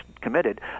committed